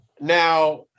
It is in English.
Now